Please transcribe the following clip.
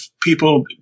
people